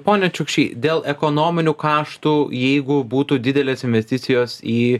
pone čiukšy dėl ekonominių kaštų jeigu būtų didelės investicijos į